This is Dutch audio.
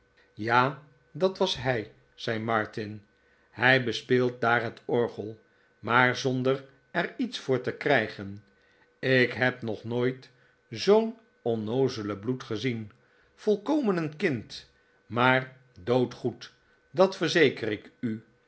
ja dat was hij zei martin hij bespeelt daar het orgel maar zonder er iets voor te krijgen ik heb nog nooit zoo'n onnoozelen bloed gezien volkomen een kind maar doodgoed dat verzeker ik u